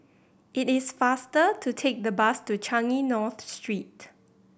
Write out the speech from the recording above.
it is faster to take the bus to Changi North Street